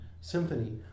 symphony